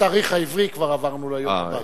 לפי התאריך העברי כבר עברנו ליום הבא,